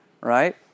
Right